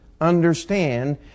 understand